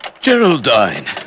Geraldine